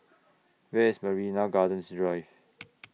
Where IS Marina Gardens Drive